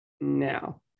now